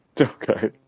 Okay